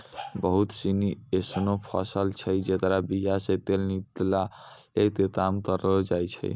बहुते सिनी एसनो फसल छै जेकरो बीया से तेल निकालै के काम करलो जाय छै